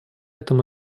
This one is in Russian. этом